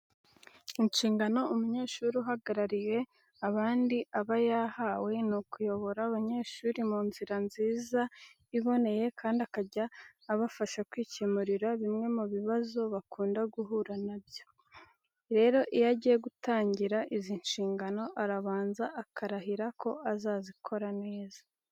Inshingano umunyeshuri uhagarariye abandi aba yahawe, ni ukuyobora abanyeshuri mu nzira nziza iboneye kandi akajya abafasha kwikemurira bimwe mu bibazo bakunda guhura na byo. Rero iyo agiye gutangira izi nshingano, arabanza akarahira ko azazikora neza.